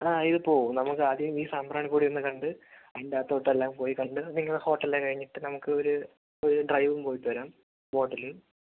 ആ ഇത് പോകും നമുക്കാദ്യം ഈ സാംബ്രാണിക്കൊടിയൊന്ന് കണ്ട് അതിന് അകത്തൂടെ എല്ലാം പോയി കണ്ട് നിങ്ങളുടെ ഹോട്ടൽ എല്ലാം കഴിഞ്ഞിട്ട് നമുക്ക് ഒരു ഒരു ഡ്രൈവും പോയിട്ട് വരാം ബോട്ടില്